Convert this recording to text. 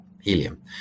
helium